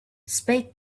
speak